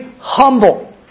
humble